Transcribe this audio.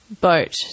boat